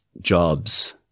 jobs